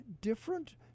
different